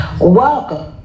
Welcome